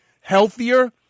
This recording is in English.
healthier